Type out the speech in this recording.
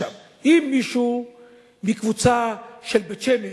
אם מישהו מהקבוצה של בית-שמש,